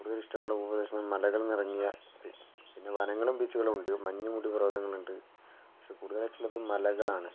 കൂടുതല് ഇഷ്ടമുള്ള ഭൂപ്രദേശം മലകള് നിറഞ്ഞ ഇത് പിന്നെ വനങ്ങളും ബീച്ചുകളും ഉണ്ട് മഞ്ഞുമൂടിയ പര്വ്വതങ്ങളുണ്ട് പക്ഷെ കൂടുതലായിട്ടുള്ളത് മലകളാണ്